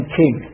king